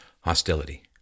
hostility